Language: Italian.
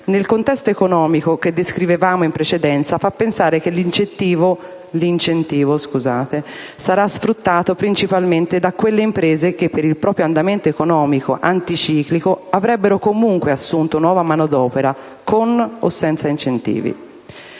nel contesto economico che descrivevamo in precedenza, fa pensare che l'incentivo sarà sfruttato principalmente da quelle imprese che, per il proprio andamento economico anticiclico, avrebbero comunque assunto nuova manodopera, con o senza incentivi.